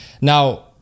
Now